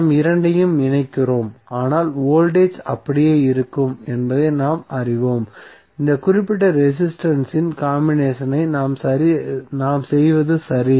நாம் இரண்டையும் இணைக்கிறோம் ஆனால் வோல்டேஜ் அப்படியே இருக்கும் என்பதை நாம் அறிவோம் அந்த குறிப்பிட்ட ரெசிஸ்டன்ஸ் இன் காம்பினேஷனை நாம் செய்வது சரி